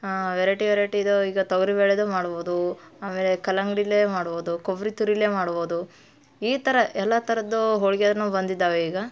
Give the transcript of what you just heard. variety ವೆರೈಟಿದು ಈಗ ತೊಗರಿ ಬೇಳೇದು ಮಾಡ್ಬೋದು ಆಮೇಲೆ ಕಲ್ಲಂಗ್ಡಿಲ್ಲೇ ಮಾಡ್ಬೋದು ಕೊಬ್ಬರಿ ತುರಿಲ್ಲೇ ಮಾಡ್ಬೋದು ಈ ಥರ ಎಲ್ಲ ಥರದ ಹೋಳಿಗೆಯನ್ನು ಬಂದಿದ್ದಾವೆ ಈಗ